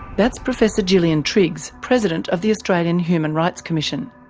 that's professor gillian triggs, president of the australian human rights commission.